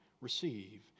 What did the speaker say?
receive